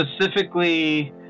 specifically